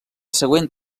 següent